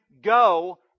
go